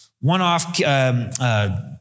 one-off